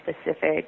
specific